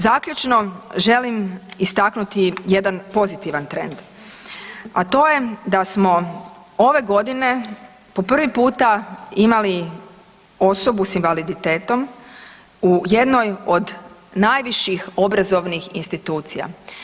Zaključno želim istaknuti jedan pozitivan trend, a to je da smo ove godine po prvi puta imali osobu s invaliditetom u jednoj od najviših obrazovnih institucija.